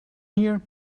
here